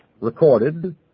recorded